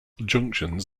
junctions